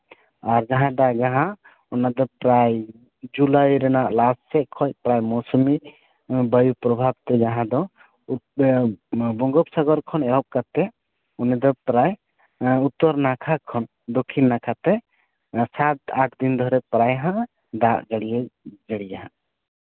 ᱟᱨ ᱡᱟᱦᱟᱸᱭ ᱫᱟᱜᱟ ᱦᱟᱸᱜ ᱚᱱᱟ ᱫᱚ ᱯᱨᱟᱭ ᱡᱩᱞᱟᱭ ᱨᱮᱱᱟᱜ ᱞᱟᱥ ᱥᱮᱫ ᱠᱷᱚᱱ ᱯᱨᱟᱭ ᱢᱳᱣᱥᱩᱢᱤ ᱵᱟᱭᱩ ᱯᱨᱚᱵᱷᱟᱵᱽ ᱛᱮ ᱡᱟᱦᱟᱸ ᱫᱚ ᱮᱸᱜ ᱱᱚᱣᱟ ᱵᱚᱝᱜᱳᱯ ᱥᱟᱜᱚᱨ ᱠᱷᱚᱱ ᱮᱦᱚᱵ ᱠᱟᱛᱮ ᱚᱱᱟ ᱫᱚ ᱯᱨᱟᱭ ᱩᱛᱛᱚᱨ ᱱᱟᱠᱷᱟ ᱠᱷᱚᱱ ᱫᱚᱠᱷᱤᱱ ᱱᱟᱠᱷᱟ ᱛᱮ ᱥᱟᱛ ᱟᱴ ᱫᱤᱱ ᱫᱷᱚᱨᱮ ᱯᱨᱟᱭ ᱦᱟᱸᱜ ᱫᱟᱜ ᱡᱟᱹᱲᱤᱭᱮ ᱡᱟᱹᱲᱤᱭᱟ ᱦᱟᱸᱜ